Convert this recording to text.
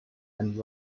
and